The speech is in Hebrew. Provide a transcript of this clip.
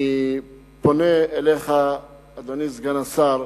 לכן אני פונה אליך, אדוני סגן השר,